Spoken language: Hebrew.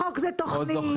--- חוק זה תכנית,